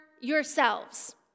yourselves